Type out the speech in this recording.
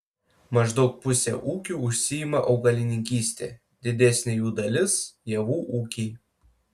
maždaug pusė ūkių užsiima augalininkyste didesnė jų dalis javų ūkiai